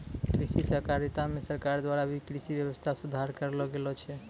कृषि सहकारिता मे सरकार द्वारा भी कृषि वेवस्था सुधार करलो गेलो छै